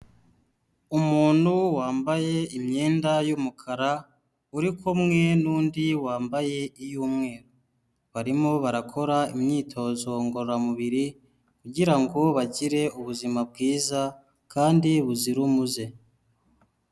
Umuntu wambaye imyenda y'umukara uri kumwe n'undi wambaye iy'umweru, barimo barakora imyitozo ngororamubiri kugirango bagire ubuzima bwiza kandi buzira umuze.